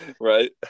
Right